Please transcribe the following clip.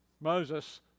Moses